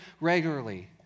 regularly